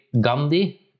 Gandhi